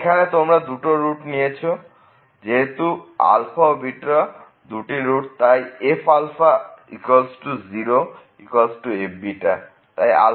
এখন তোমরা দুটো রুট নিয়েছো এবং যেহেতু ও দুটি রুট তাই f α 0 f β